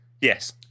Yes